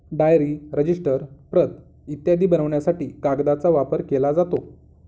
diary, register, प्रत इत्यादी बनवण्यासाठी कागदाचा वापर केला जातो